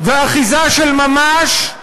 ואחיזה של ממש,